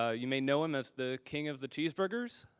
ah you may know him as the king of the cheeseburgers.